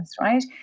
right